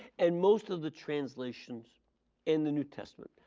and most of the translations in the new testament.